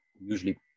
usually